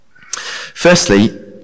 Firstly